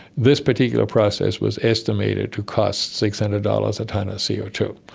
this particular process was estimated to cost six hundred dollars a tonne of c o two.